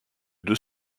deux